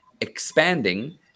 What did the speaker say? expanding